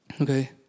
okay